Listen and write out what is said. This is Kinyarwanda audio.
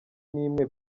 n’imwe